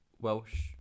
Welsh